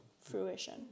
Fruition